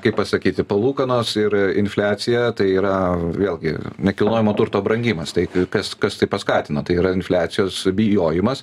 kaip pasakyti palūkanos ir infliacija tai yra vėlgi nekilnojamo turto brangimas tai k kas kas tai paskatino tai yra infliacijos bijojimas